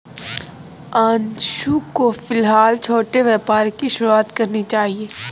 अंशु को फिलहाल छोटे व्यापार की शुरुआत करनी चाहिए